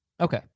Okay